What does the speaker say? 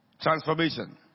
transformation